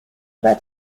oder